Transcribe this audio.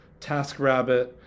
TaskRabbit